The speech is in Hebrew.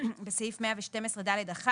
בסעיף 112(ד)(1),